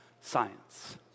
science